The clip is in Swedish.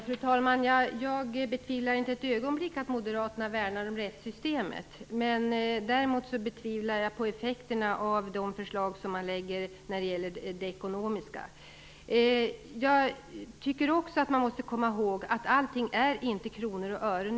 Fru talman! Jag betvivlar inte ett ögonblick att moderaterna värnar om rättssystemet. Däremot tvivlar jag på effekterna av de förslag som man lägger fram när det gäller det ekonomiska. Jag tycker också att man måste komma ihåg att allt inte är kronor och ören.